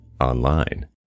online